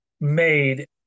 made